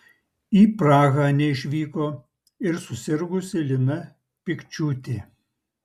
į prahą neišvyko ir susirgusi lina pikčiūtė